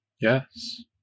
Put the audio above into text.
Yes